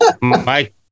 Mike